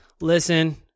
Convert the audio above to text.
listen